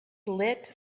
lit